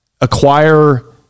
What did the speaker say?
acquire